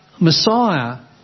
Messiah